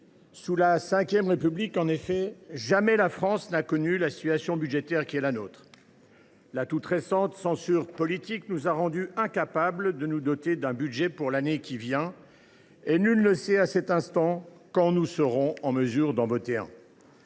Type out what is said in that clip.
Sous la V République, en effet, jamais la France n’a connu une telle situation budgétaire. La toute récente censure politique nous a rendus incapables de nous doter d’un budget pour l’année à venir ; nul ne sait à cet instant quand nous serons en mesure d’en voter un.